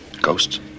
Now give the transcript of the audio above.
Ghosts